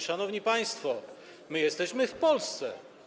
Szanowni państwo, my jesteśmy w Polsce.